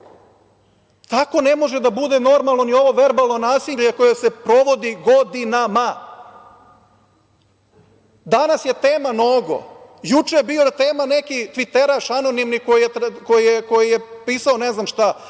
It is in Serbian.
tako ne može da bude normalno ni ovo verbalno nasilje koje se provodi godinama. Danas je tema Nogo. Juče je bio neki anonimni tviteraš koji je pisao ne znam šta,